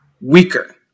weaker